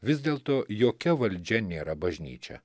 vis dėlto jokia valdžia nėra bažnyčia